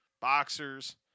boxers